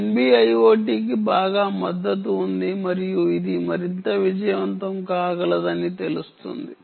NB IoT కి బాగా మద్దతు ఉంది మరియు ఇది మరింత విజయవంతం కాగలదని తెలుస్తుంది